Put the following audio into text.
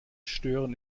stören